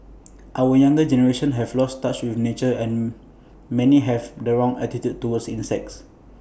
our younger generation has lost touch with nature and many have the wrong attitude towards insects